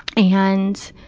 and